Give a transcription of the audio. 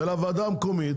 ולוועדה המקומית